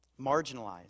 Marginalized